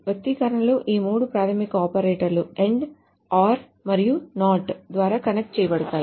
వ్యక్తీకరణలు ఈ మూడు ప్రాథమిక ఆపరేటర్లు AND OR మరియు NOT ద్వారా కనెక్ట్ చేయబడ్డాయి